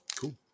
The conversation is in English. Cool